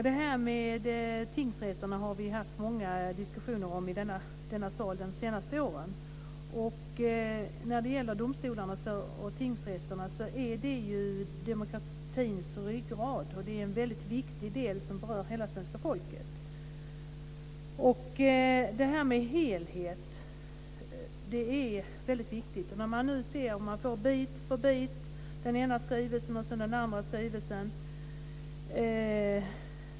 Fru talman! Vi har haft många diskussioner om tingsrätterna i denna sal de senaste åren. Domstolarna och tingsrätterna är demokratins ryggrad. Det är en väldigt viktig del som berör hela svenska folket. Helhet är väldigt viktigt. Nu får man bit för bit med den ena skrivelsen efter den andra skrivelsen.